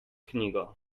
knjigo